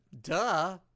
Duh